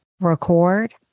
record